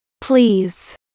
Please